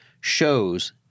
shows